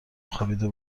خوابیده